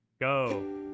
Go